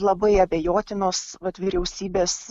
labai abejotinos vat vyriausybės